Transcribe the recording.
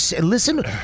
listen